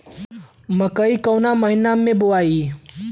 मकई कवना महीना मे बोआइ?